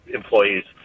employees